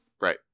Right